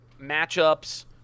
matchups –